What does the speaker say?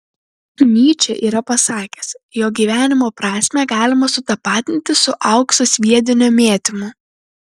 nyčė yra pasakęs jog gyvenimo prasmę galima sutapatinti su aukso sviedinio mėtymu